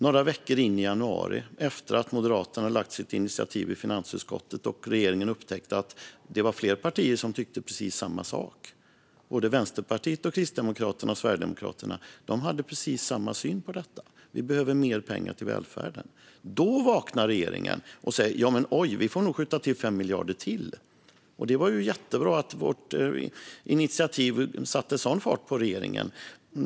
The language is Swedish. Några veckor in i januari, efter det att Moderaterna lagt fram sitt initiativ i finansutskottet och regeringen upptäckt att det var fler partier som tyckte precis samma sak - Vänsterpartiet, Kristdemokraterna och Sverigedemokraterna hade precis samma syn på detta, nämligen att vi behöver mer pengar till välfärden - då vaknar regeringen och säger: Oj, vi får nog skjuta till 5 miljarder till! Det var ju jättebra att vårt initiativ satte sådan fart på regeringen.